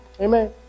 Amen